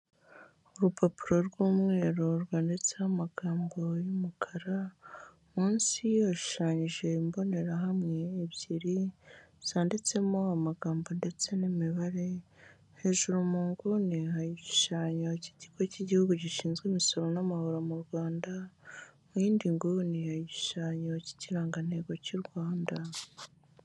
Urupapuro rw'umweru rwanditseho amagambo y'umukara, munsi yashushanyije imbonerahamwe ebyiri zanditsemo amagambo ndetse n'imibare, hejuru mu nguni hari igishushanyo cy'ikigo cy'igihugu gishinzwe imisoro n'amahoro mu Rwanda, mu yindi nguni hari igishushanyo cy'ikirangantego cy'u Rwanda.